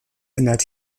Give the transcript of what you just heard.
ändert